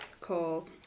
called